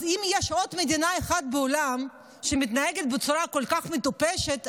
אז אם יש עוד מדינה אחת בעולם שמתנהגת בצורה כל כך מטופשת,